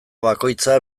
bakoitza